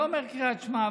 לא אומר קריאת שמע,